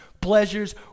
pleasures